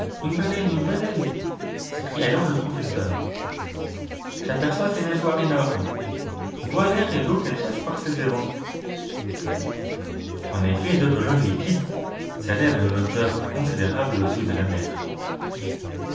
alors le professeur j'aperçois ses nageoires énormes vois l'air et l'eau qu'elle chasse par ses évents en effet deux colonnes liquides s'élèvent à une hauteur considérable au-dessus de la mer